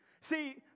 See